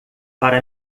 para